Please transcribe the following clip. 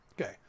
Okay